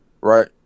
right